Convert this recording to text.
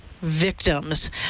Victims